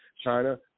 China